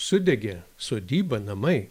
sudegė sodyba namai